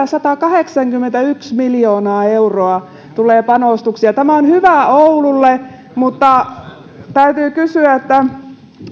satakahdeksankymmentäyksi miljoonaa euroa tulee panostuksia tämä on hyvä oululle mutta täytyy kysyä